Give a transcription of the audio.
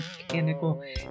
Mechanical